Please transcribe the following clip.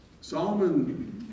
Solomon